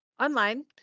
online